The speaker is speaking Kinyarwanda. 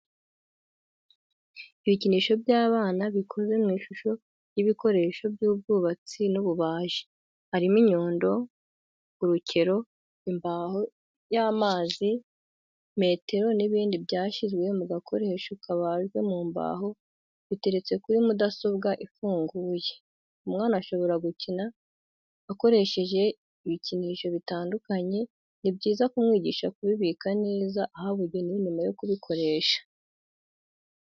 Ibikinisho by'abana bikoze mw'ishusho y'ibikoresho by'ubwubatsi n'ububaji harimo inyundo, urukero, imbaho y'amazi, metero n'ibindi byashyizwe mu gakoresho kabajwe mu mbaho biteretse kuri mudasobwa ifunguye. umwana ashobora gukina akoresheje ibikinisho bitandukanye ni byiza kumwigisha kubibika neza ahabugenewe nyuma yo kubikoresha.